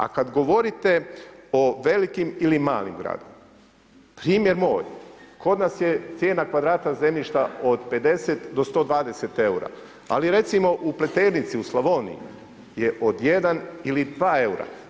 A kada govorite o velikim ili malim gradovima, primjer moj, kod nas je cijena kvadrata zemljišta od 50 do 120 eura, ali recimo u Pleternici u Slavoniji je od 1 ili 2 eura.